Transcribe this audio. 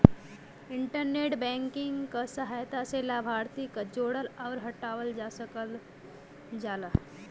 internet banking क सहायता से लाभार्थी क जोड़ल आउर हटावल जा सकल जाला